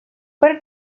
per